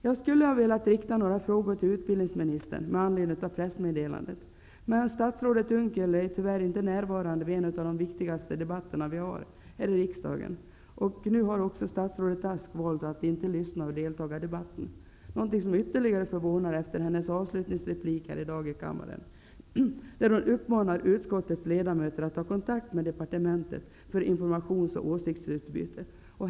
Jag skulle ha velat rikta några frågor till utbildningsministern med anledning av pressmeddelandet, men statsrådet Unckel är tyvärr inte närvarande vid en av de viktigaste debatter vi har här i riksdagen. Nu har också statsrådet Ask valt att inte längre lyssna och delta i debatten, något som förvånar efter hennes avslutande inlägg i dag här i kammaren, då hon uppmanade utskottets ledamöter att ta kontakt med departementet för informations och åsiktsutbyte.